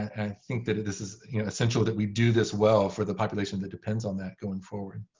and think that it is essential that we do this well for the population that depends on that going forward.